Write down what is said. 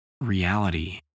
reality